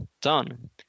done